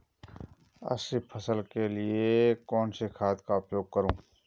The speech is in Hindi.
अच्छी उपज के लिए कौनसी खाद का उपयोग करूं?